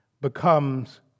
becomes